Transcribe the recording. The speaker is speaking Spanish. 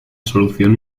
solución